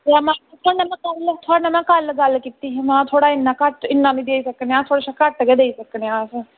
थुआढ़े ने में कल गल्ल कीती ही महां में इ'न्ना केह् इ'न्ना नीं देई सकने अस थोह्ड़ा घट्ट गै देई सकने अस